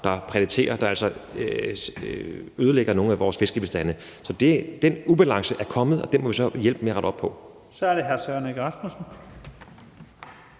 skarver, der ødelægger nogle af vores fiskebestande. Så den ubalance er kommet, og den må vi så hjælpe med at rette op på. Kl. 12:42 Første næstformand